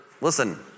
listen